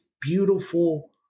beautiful